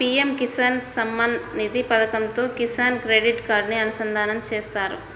PM Kisan Samman Nidhi పథకంతో Kisan credit కార్డుని అనుసంధానం చేత్తారు